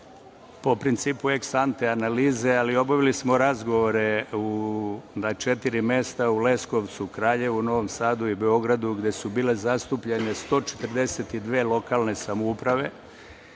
po principu eksante analize, ali obavili smo razgovore na četiri mesta u Leskovcu, Kraljevu, Novom Sadu i Beogradu, gde su bile zastupljene 142 lokalne samouprave